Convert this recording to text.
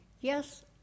yes